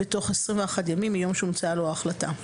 בתוך 21 ימים מיום שהומצאה לו ההחלטה."